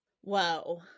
whoa